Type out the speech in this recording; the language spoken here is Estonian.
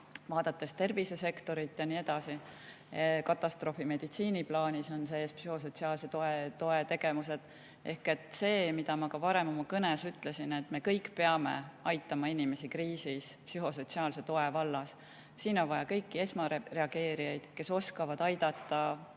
vaadates tervisesektorit ja nii edasi. Katastroofimeditsiini plaanis on sees psühhosotsiaalse toe tegevused. Ma ka varem oma kõnes ütlesin, et me kõik peame aitama inimesi kriisis psühhosotsiaalse toe vallas. Siin on vaja kõiki esmareageerijaid, kes oskavad aidata